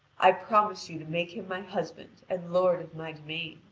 i promise you to make him my husband and lord of my domain.